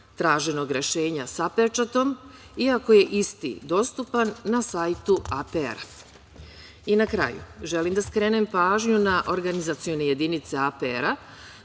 traženog rešenja sa pečatom, iako je isti dostupan na satu APR-a. Na kraju, želim da skrenem pažnju na organizacije jedinice APR-a